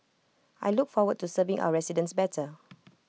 I look forward to serving our residents better